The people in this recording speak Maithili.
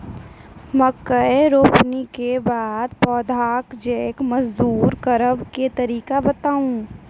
मकय रोपनी के बाद पौधाक जैर मजबूत करबा के तरीका बताऊ?